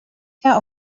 care